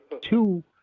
Two